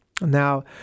now